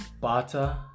Butter